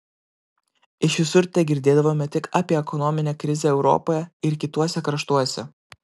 iš visur tegirdėdavome tik apie ekonominę krizę europoje ir kituose kraštuose